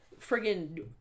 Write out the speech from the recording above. friggin